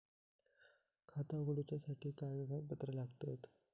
खाता उगडूच्यासाठी काय कागदपत्रा लागतत?